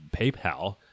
PayPal